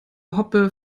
hoppe